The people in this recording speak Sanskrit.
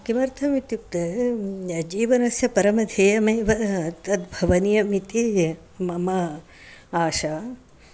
किमर्थम् इत्युक्ते जीवनस्य परमध्येयमेव तद्भवनीयमिति मम आशा